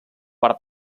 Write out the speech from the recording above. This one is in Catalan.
per